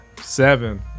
Seven